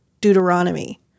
Deuteronomy